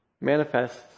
manifests